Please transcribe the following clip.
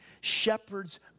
shepherds